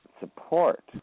support